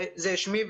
זה שמי.